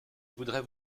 voudrais